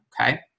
Okay